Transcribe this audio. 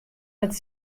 wat